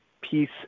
peace